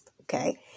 okay